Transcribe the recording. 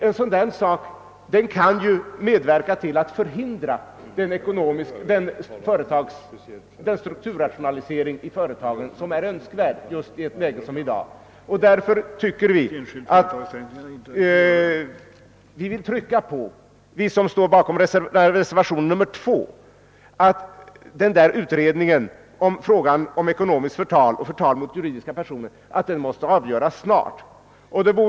En sådan sak kan medverka till att förhindra den strukturrationalisering i företaget som är önskvärd i ett sådant läge som det som råder i dag. Vi som står bakom reservationen II vill trycka på att frågan om utredning rörande ekonomiskt förtal och förtal mot juridiska personer måste avgöras snart.